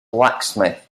blacksmith